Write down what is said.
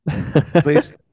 Please